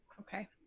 Okay